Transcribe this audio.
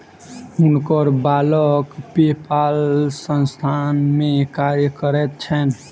हुनकर बालक पेपाल संस्थान में कार्य करैत छैन